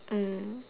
mm